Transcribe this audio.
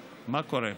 מה קורה פה?